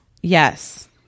Yes